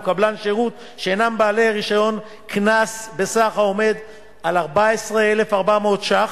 קבלן שירות שאינם בעלי רשיון קנס בסך 14,400 שקלים.